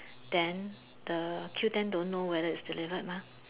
then the Q-ten don't know whether it's delivered mah